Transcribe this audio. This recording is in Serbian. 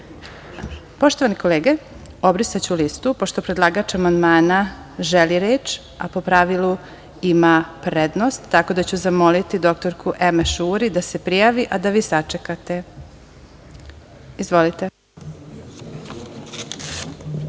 reč? Poštovane kolege, obrisaću listu, jer predlagač amandmana želi reč, a po pravilu ima prednost, tako da ću zamoliti dr Emeše Uri da se prijavi, a da vi sačekate. Izvolite.